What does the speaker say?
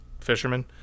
fisherman